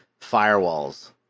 firewalls